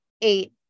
eight